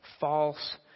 false